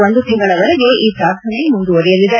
ಒಂದು ತಿಂಗಳ ವರೆಗೆ ಈ ಪ್ರಾರ್ಥನೆ ಮುಂದುವರೆಯಲಿದೆ